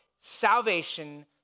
Salvation